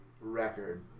record